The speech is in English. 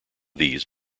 these